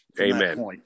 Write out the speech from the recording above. amen